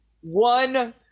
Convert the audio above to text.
one